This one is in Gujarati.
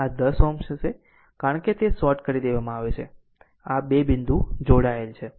આ 10 Ω હશે કારણ કે તે શોર્ટ કરી દેવામાં આવશે આ 2 બિંદુ જોડેલ છે